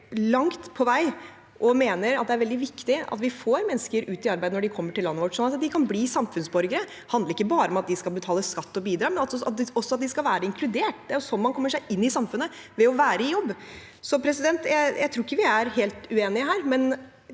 deler det å mene at det er veldig viktig at vi får mennesker ut i arbeid når de kommer til landet vårt, sånn at de kan bli samfunnsborgere. Det handler ikke bare om at de skal betale skatt og bidra, men også at de skal være inkludert. Det er jo ved å være i jobb man kommer seg inn i samfunnet. Jeg tror ikke vi er helt uenige her,